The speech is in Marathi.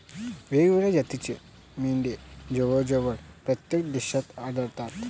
वेगवेगळ्या जातीच्या मेंढ्या जवळजवळ प्रत्येक देशात आढळतात